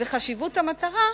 וחשיבות המטרה,